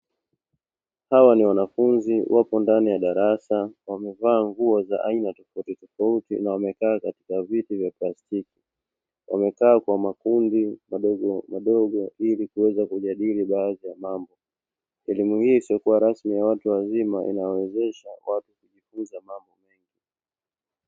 Hawa ni wanafunzi wapo ndani ya darasa wamevaa nguo za aina tofautitofauti na wamekaa katika viti vya plastiki. Wamekaa kwa makundi madogomadogo ili kuweza kujadili baadhi ya mambo. Elimu hii isiyokua rasmi ya watu wazima inawawezesha watu kujifunza mambo mengi.